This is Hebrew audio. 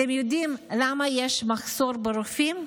אתם יודעים למה יש מחסור ברופאים?